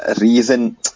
reason